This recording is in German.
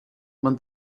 man